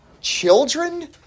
children